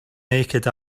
naked